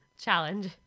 Challenge